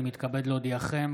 אני מתכבד להודיעכם,